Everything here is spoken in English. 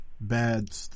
bad